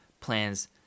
plans